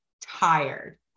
tired